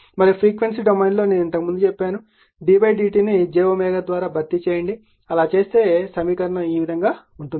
మరియు ఫ్రీక్వెన్సీ డొమైన్లో నేను ఇంతకుముందు చెప్పాను d d t ను j ద్వారా భర్తీ చేయండి అలా చేస్తే కాబట్టి సమీకరణం ఈ విధంగా ఉంటుంది